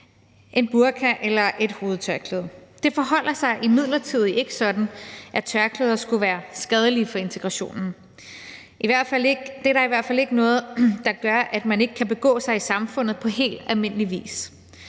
en burka eller et hovedtørklæde. Det forholder sig imidlertid ikke sådan, at tørklæder skulle være skadelige for integrationen; det er i hvert fald ikke noget, der gør, at man ikke kan begå sig i samfundet på helt almindelig vis.